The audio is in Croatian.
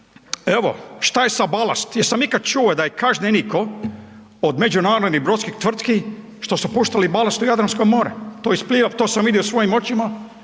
Evo, šta je sa balast, jesam ikada čuo da je kažnjenikov od međunarodnih brodskih tvrtki što su puštali balast u Jadransko more? To sam vidio svojim očima,